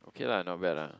okay lah not bad lah